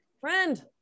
friend